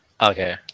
okay